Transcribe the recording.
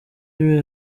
ray